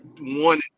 one